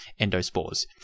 endospores